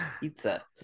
pizza